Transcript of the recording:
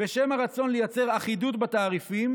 בשם הרצון לייצר אחידות בתעריפים.